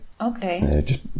Okay